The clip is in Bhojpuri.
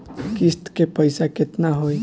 किस्त के पईसा केतना होई?